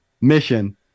mission